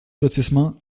lotissement